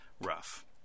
rough